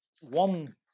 one